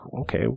okay